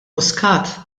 muscat